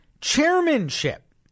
chairmanship